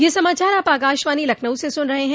ब्रे क यह समाचार आप आकाशवाणी लखनऊ से सुन रहे हैं